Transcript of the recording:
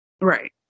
Right